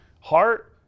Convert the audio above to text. heart